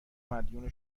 مدیون